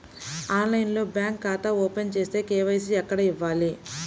ఆన్లైన్లో బ్యాంకు ఖాతా ఓపెన్ చేస్తే, కే.వై.సి ఎక్కడ ఇవ్వాలి?